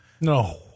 No